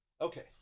Okay